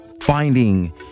finding